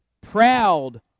proud